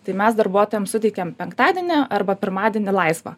tai mes darbuotojams suteikiam penktadienį arba pirmadienį laisvą